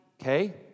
Okay